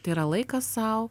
tai yra laikas sau